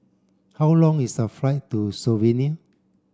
how long is the flight to Slovenia